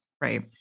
Right